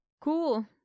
Cool